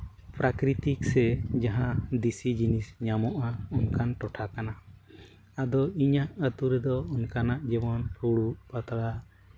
ᱯᱨᱟᱠᱨᱤᱛᱤᱠ ᱥᱮ ᱡᱟᱦᱟᱸ ᱫᱮᱥᱤ ᱡᱤᱱᱤᱥ ᱧᱟᱢᱚᱜᱼᱟ ᱚᱱᱠᱟᱱ ᱴᱚᱴᱷᱟ ᱠᱟᱱᱟ ᱟᱫᱚ ᱤᱧᱟᱹᱜ ᱟᱹᱛᱩ ᱨᱮᱫᱚ ᱚᱱᱠᱟᱱᱟᱜ ᱡᱮᱢᱚᱱ ᱯᱷᱩᱲᱩᱜ ᱯᱟᱛᱲᱟ